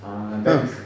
err that is